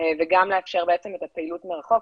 וגם לאפשר את הפעילות מרחוק.